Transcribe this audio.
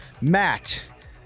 Matt